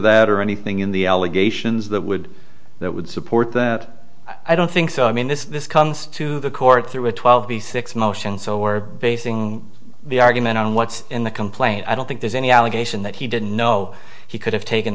that or anything in the allegations that would that would support that i don't think so i mean this this comes to the court through a twelve b six motion so we're basing the argument on what's in the complaint i don't think there's any allegation that he didn't know he could have taken